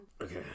Okay